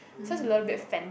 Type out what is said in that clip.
seems a little bit fat